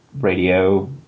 radio